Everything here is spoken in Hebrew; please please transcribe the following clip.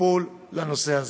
טיפול לנושא הזה.